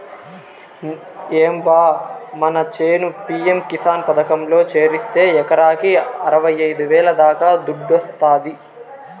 ఏం బా మన చేను పి.యం కిసాన్ పథకంలో చేరిస్తే ఎకరాకి అరవైఐదు వేల దాకా దుడ్డొస్తాది